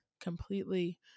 completely